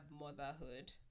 motherhood